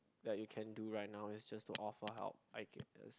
that you can do right now is just to offer help I guess